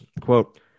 quote